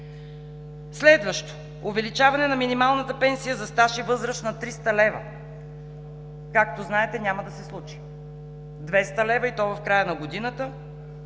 Следващо – увеличаване на минималната пенсия за стаж и възраст над 300 лв. Както знаете, няма да се случи – 200 лв., и то в края на годината.